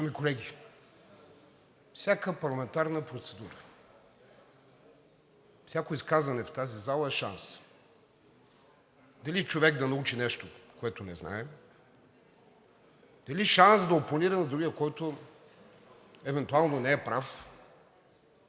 Уважаеми колеги, всяка парламентарна процедура, всяко изказване в тази зала е шанс – дали човек да научи нещо, което не знае, дали шанс да опонира на другия, който евентуално не е прав.